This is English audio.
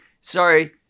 sorry